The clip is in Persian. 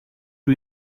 روی